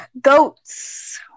goats